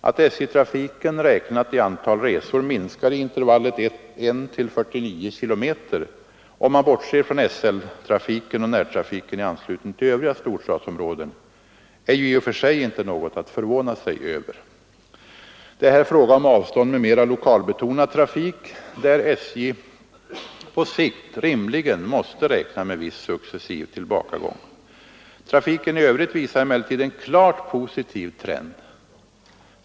Att SJ-trafiken räknat i antal resor minskar i intervallet 1—49 km — om man bortser från SL-trafiken och närtrafiken i anslutning till övriga storstadsområden — är ju i och för sig inte något att förvåna sig över. Det är här fråga om avstånd med mera lokalbetonad trafik där SJ på sikt rimligen måste räkna med viss successiv tillbakagång. Trafiken i övrigt visar emellertid en klart positiv trend.